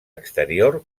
exterior